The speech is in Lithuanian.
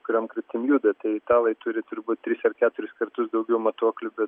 kuriom kryptim juda tai italai turi turbūt tris ar keturis kartus daugiau matuoklių bet